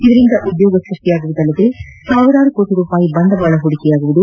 ಇದರಿಂದ ಉದ್ಯೋಗ ಸ್ಪಷ್ನಿಯಾಗುವುದಲ್ಲದೆ ಸಾವಿರಾರು ಕೋಟ ರೂಪಾಯಿ ಬಂಡವಾಳ ಹೂಡಿಕೆಯಾಗಲಿದೆ